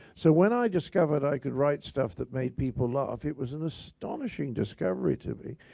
so when i discovered i could write stuff that made people laugh, it was an astonishing discovery to me.